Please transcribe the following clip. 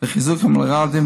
לחיזוק המלר"דים,